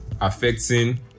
affecting